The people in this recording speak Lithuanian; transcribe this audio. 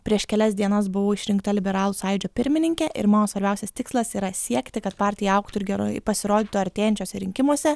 prieš kelias dienas buvau išrinkta liberalų sąjūdžio pirmininke ir mano svarbiausias tikslas yra siekti kad partija augtų ir gerai pasirodytų artėjančiuose rinkimuose